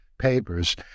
papers